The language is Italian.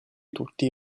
tutti